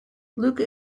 luca